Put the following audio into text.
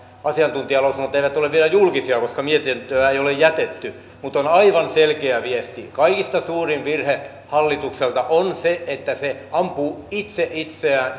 asiantuntijalausunnot eivät ole vielä julkisia koska mietintöä ei ole jätetty ja on aivan selkeä viesti kaikista suurin virhe hallitukselta on se että se ampuu itse itse itseään